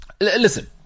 listen